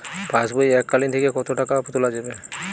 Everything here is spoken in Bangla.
পাশবই এককালীন থেকে কত টাকা তোলা যাবে?